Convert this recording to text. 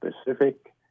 specific